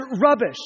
rubbish